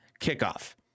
kickoff